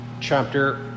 chapter